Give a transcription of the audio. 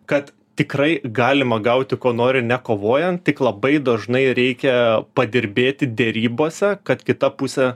kad tikrai galima gauti ko nori nekovojant tik labai dažnai reikia padirbėti derybose kad kita pusė